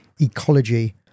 ecology